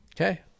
Okay